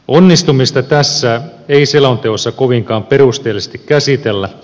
onnistumista tässä ei selonteossa kovinkaan perusteellisesti käsitellä